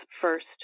first